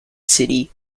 city